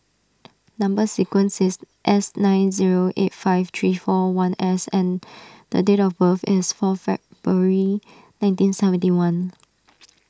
Number Sequence is S nine zero eight five three four one S and date of birth is four February nineteen seventy one